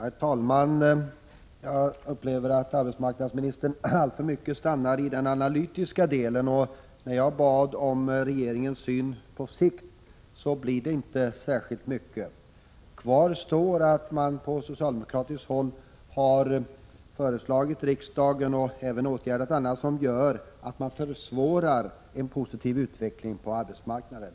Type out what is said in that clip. Herr talman! Jag tycker att arbetsmarknadsministern alltför mycket stannar vid den analytiska delen. När jag bad om regeringens syn på sikt blev det inte särskilt mycket. Kvar står att man på socialdemokratiskt håll har föreslagit riksdagen åtgärder som gör att man försvårar en positiv utveckling på arbetsmarknaden.